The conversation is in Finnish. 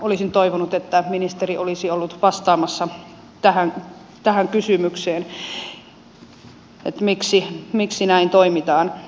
olisin toivonut että ministeri olisi ollut vastaamassa tähän kysymykseen miksi näin toimitaan